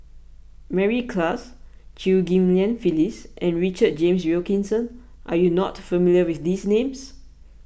Mary Klass Chew Ghim Lian Phyllis and Richard James Wilkinson are you not familiar with these names